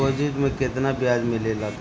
Deposit मे केतना बयाज मिलेला?